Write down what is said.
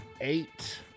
eight